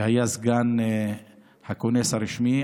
שהיה סגן הכונס הרשמי.